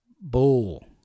Bull